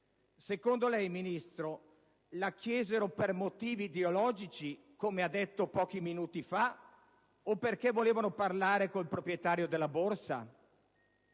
Secondo lei, signora Ministro, la chiesero per motivi ideologici, come ha detto pochi minuti fa, o perché volevano parlare col proprietario della borsa?